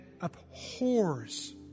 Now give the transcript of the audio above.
abhors